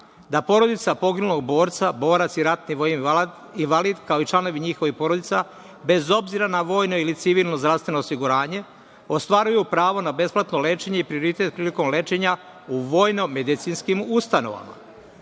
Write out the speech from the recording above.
da porodica poginulog borca, borac i ratni vojni invalid, kao i članovi njihovih porodica, bez obzira na vojno ili civilno zdravstveno osiguranje, ostvaruju pravo na besplatno lečenje i prioritet prilikom lečenja u vojno medicinskim ustanovama.